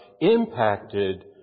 impacted